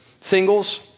Singles